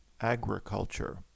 agriculture